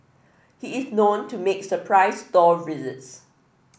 he is known to make surprise store visits